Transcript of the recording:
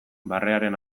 barrearen